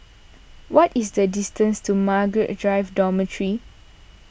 what is the distance to Margaret Drive Dormitory